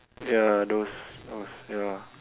ya those those ya